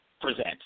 present